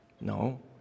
No